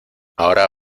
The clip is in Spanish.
ahora